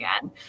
again